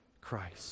Christ